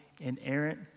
inerrant